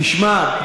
תשמע,